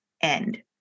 end